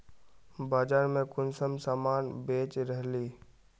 बाजार में कुंसम सामान बेच रहली?